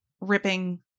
ripping